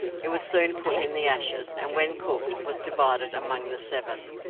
it was soon put in the ashes, and when cooked was divided among the seven.